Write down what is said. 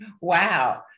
Wow